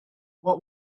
what